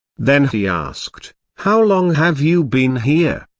then he asked, how long have you been here?